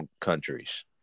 countries